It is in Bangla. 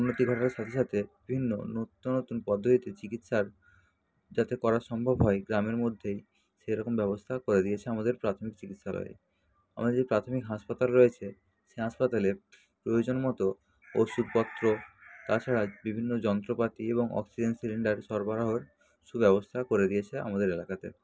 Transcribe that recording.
উন্নতি ঘটার সাথে সাথে বিভিন্ন নিত্য নতুন পদ্ধতিতে চিকিৎসার যাতে করা সম্ভব হয় গ্রামের মধ্যেই সেরকম ব্যবস্থা করে দিয়েছে আমাদের প্রাথমিক চিকিৎসালয়ে আমাদের যে প্রাথমিক হাসপাতাল রয়েছে সে হাসপাতালে প্রয়োজন মতো ওষুধপত্র তাছাড়া বিভিন্ন যন্ত্রপাতি এবং অক্সিজেন সিলিন্ডার সরবরাহর সুব্যবস্থা করে দিয়েছে আমাদের এলাকাতে